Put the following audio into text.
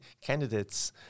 candidates